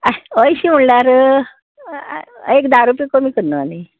आं अंयशीं म्हळ्यार एक धा रुपया कमी कर न्हू आनी